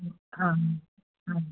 ആ ആ